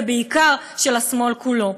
ובעיקר של השמאל כולו.